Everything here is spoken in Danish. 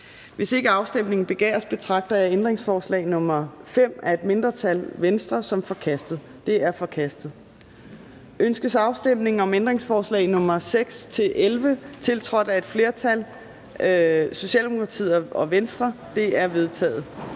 Hvis ikke afstemning begæres, betragter jeg ændringsforslag nr. 5 af et mindretal (V) som forkastet. Det er forkastet. Ønskes afstemning om ændringsforslagene nr. 6-11, tiltrådt af et flertal (S og V)? De er vedtaget.